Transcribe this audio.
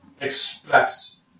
expects